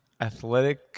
athletic